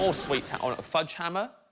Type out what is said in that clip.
still so a fudge hammer?